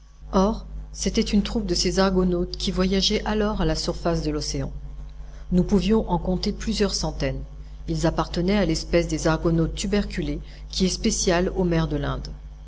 or c'était une troupe de ces argonautes qui voyageait alors à la surface de l'océan nous pouvions en compter plusieurs centaines ils appartenaient à l'espèce des argonautes tuberculés qui est spéciale aux mers de l'inde